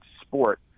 sport